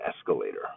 escalator